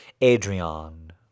Adrian